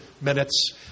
minutes